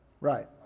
Right